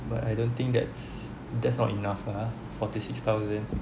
but I don't think that's that's not enough ah forty six thousand